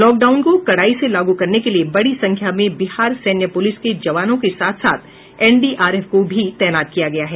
lockdown को कडाई से लागू करने के लिए बडी संख्या में बिहार सैन्य पुलिस के जवानों के साथ साथ एनडीआरएफ को भी तैनात किया गया है